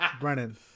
Brennan